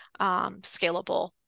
scalable